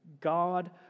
God